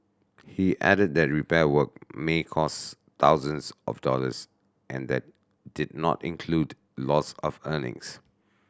he added that repair work may cost thousands of dollars and that did not include loss of earnings